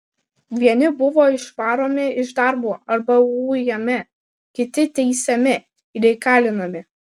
vieni buvo išvaromi iš darbo arba ujami kiti teisiami ir įkalinami